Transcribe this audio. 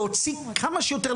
להוציא כמה שיותר,